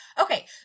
okay